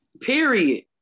period